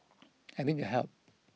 I need your help